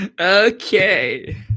Okay